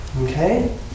Okay